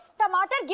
tomato!